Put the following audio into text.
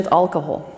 alcohol